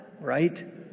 Right